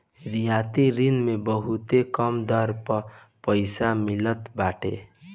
रियायती ऋण मे बहुते कम दर पअ पईसा मिलत बाटे